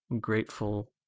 grateful